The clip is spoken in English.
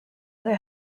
other